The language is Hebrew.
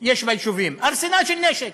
יש ביישובים, ארסנל של נשק.